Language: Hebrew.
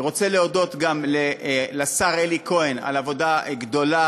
אני רוצה להודות גם לשר אלי כהן על עבודה גדולה,